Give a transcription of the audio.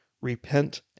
repent